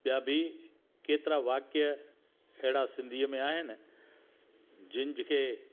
ॿिया बि केतिरा वाक्य अहिड़ा सिंधीअ में आहिनि जिनिखे